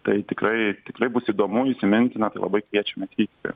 tai tikrai tikrai bus įdomu įsimintina tai labai kviečiame atvykti